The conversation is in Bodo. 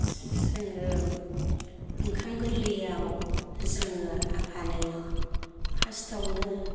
जोङो ओंखाम गोरलैआव जोङो आफानो फार्सटावनो